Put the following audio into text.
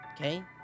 Okay